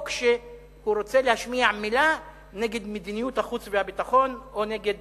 או כשהוא רוצה להשמיע מלה נגד מדיניות החוץ והביטחון או נגד